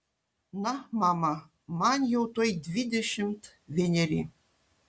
na mama man jau tuoj dvidešimt vieneri